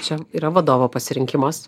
čia yra vadovo pasirinkimas